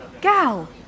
gal